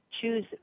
choose